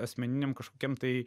asmeniniam kažkokiam tai